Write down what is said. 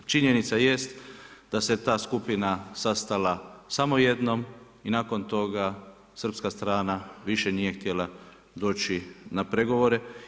Činjenica jest da se ta skupina sastala samo jednom i nakon toga srpska strana više nije htjela doći na pregovore.